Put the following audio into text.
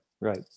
Right